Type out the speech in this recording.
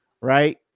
right